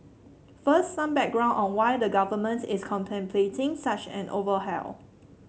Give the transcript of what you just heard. first some background on why the Government is contemplating such an overhaul